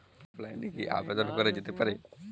অফলাইনে কি আবেদন করা যেতে পারে?